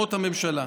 בהסכמת הממשלה.